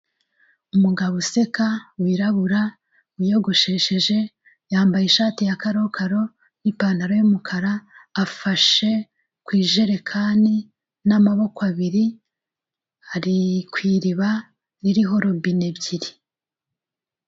Umugabo useka wirabura, wiyogoshesheje, yambaye ishati ya karokaro, ipantaro y'umukara, afashe ku ijerekani n'amaboko abiri, ari ku iriba ririho robine ebyiri.